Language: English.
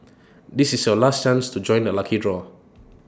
this is your last chance to join the lucky draw